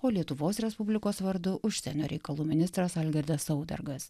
o lietuvos respublikos vardu užsienio reikalų ministras algirdas saudargas